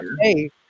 hey